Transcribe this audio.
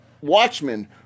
watchmen